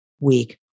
week